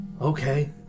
Okay